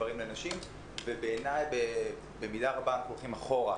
גברים לנשים ובעיניי במידה רבה אנחנו הולכים אחורה.